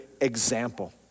example